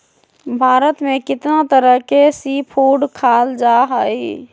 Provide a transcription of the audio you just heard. भारत में कितना तरह के सी फूड खाल जा हई